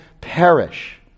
perish